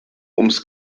ums